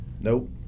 Nope